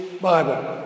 Bible